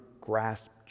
grasp